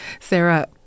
Sarah